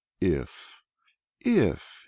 if—if